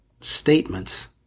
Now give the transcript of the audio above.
statements